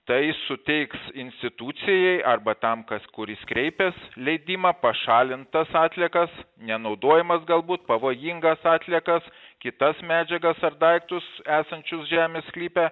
tai suteiks institucijai arba tam kas kuris kreipias leidimą pašalint tas atliekas nenaudojamas galbūt pavojingas atliekas kitas medžiagas ar daiktus esančius žemės sklype